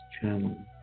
channel